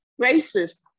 racist